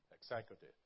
executive